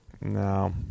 no